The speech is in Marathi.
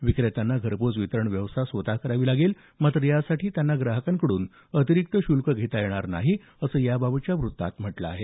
विक्रेत्यांना घरपोहोच वितरण व्यवस्था स्वत करावी लागेल मात्र यासाठी त्यांना ग्राहकांकडून अतिरिक्त शुल्क घेता येणार नाही असं याबाबतच्या वृत्तात म्हटलं आहे